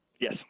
Yes